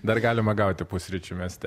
dar galima gauti pusryčių mieste